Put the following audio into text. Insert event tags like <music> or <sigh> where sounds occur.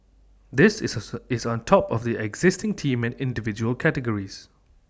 this is <unintelligible> is on top of the existing team and individual categories